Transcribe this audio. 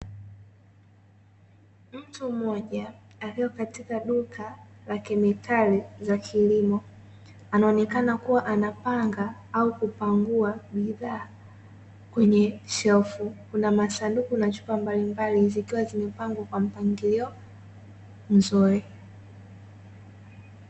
Mtu mmoja akiwa katika duka la kemikali za kilimo. Anaonekana kuwa anapanga au kupangua bidhaa kwenye shelfu. Kuna masanduku na chupa mbalimbali zikiwa zimepangwa kwa mpangilio mzuri.